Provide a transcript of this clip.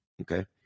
okay